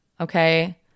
okay